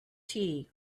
tea